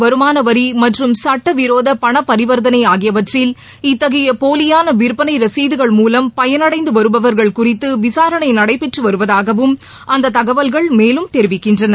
வருமான வரி மற்றும் சுட்டவிரோத பணப்பரிவர்த்தனை ஆகியவற்றில் இத்தகைய போலியான விற்பனை ரசீதுகள் மூலம் பயனடைந்து வருபவா்கள் குறித்து விசாரணை நடைபெற்று வருவதாகவும் அந்த தகவல்கள் மேலும் தெரிவிக்கின்றன